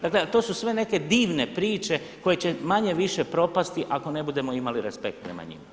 Dakle, to su sve neke divne priče koje će manje-više propasti ako ne budemo imali respekt prema njima.